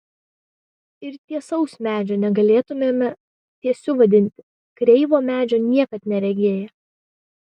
ir tiesaus medžio negalėtumėme tiesiu vadinti kreivo medžio niekad neregėję